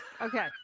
Okay